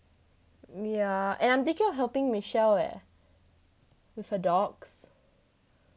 mm yeah and I'm thinking of helping michelle leh with her dogs